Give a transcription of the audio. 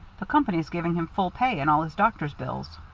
the company's giving him full pay and all his doctor's bills.